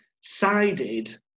sided